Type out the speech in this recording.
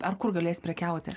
ar kur galės prekiauti